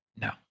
No